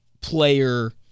player